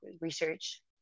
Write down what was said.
research